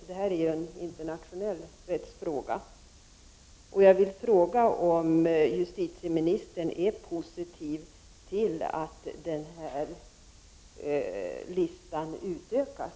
Det här är ju en internationell rättsfråga. Jag vill också fråga om justitieministern är positiv till att listan utökas.